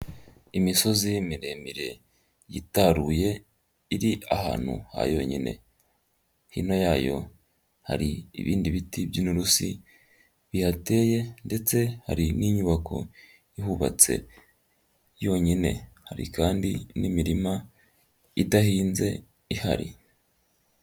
Imisozi miremire yitaruye, iri ahantu ha yonyine. Hino yayo hari ibindi biti by'inturusi, bihateye ndetse hari n'inyubako yuhubatse yonyine, hari kandi n'imirima idahinze ihari.